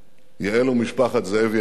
יעל ומשפחת זאבי היקרים,